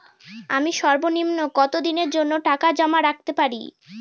আমি সর্বনিম্ন কতদিনের জন্য টাকা জমা রাখতে পারি?